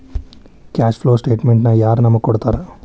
Cash flow ಸ್ಟೆಟಮೆನ್ಟನ ಯಾರ್ ನಮಗ್ ಕೊಡ್ತಾರ?